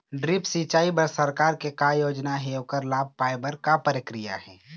Drip सिचाई बर सरकार के का योजना हे ओकर लाभ पाय बर का प्रक्रिया हे?